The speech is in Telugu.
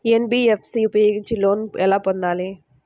ఎన్.బీ.ఎఫ్.సి ఉపయోగించి లోన్ ఎలా పొందాలి?